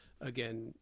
again